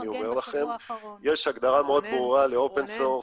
אני אומר לכם שיש הגדרה מאוד ברורה ל-open source,